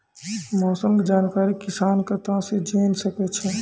मौसम के जानकारी किसान कता सं जेन सके छै?